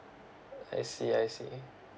I see I see